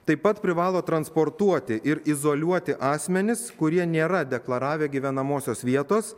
taip pat privalo transportuoti ir izoliuoti asmenis kurie nėra deklaravę gyvenamosios vietos